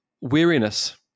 weariness